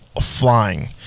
flying